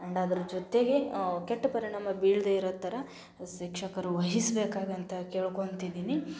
and ಅದ್ರ ಜೊತೆಗೆ ಕೆಟ್ಟ ಪರಿಣಾಮ ಬೀಳದೇ ಇರೋ ಥರ ಶಿಕ್ಷಕರು ವಹಿಸಬೇಕಾದಂಥ ಕೇಳ್ಕೊಳ್ತಿದ್ದೀನಿ